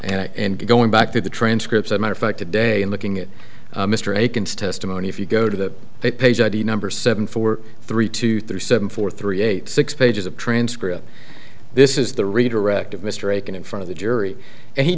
and going back to the transcripts a matter of fact today in looking at mr a consistent if you go to they page id number seven four three two three seven four three eight six pages of transcript this is the redirect of mr aiken in front of the jury and he